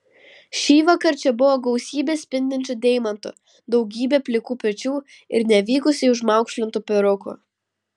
šįvakar čia buvo gausybė spindinčių deimantų daugybė plikų pečių ir nevykusiai užmaukšlintų perukų